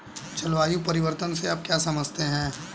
जलवायु परिवर्तन से आप क्या समझते हैं?